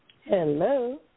Hello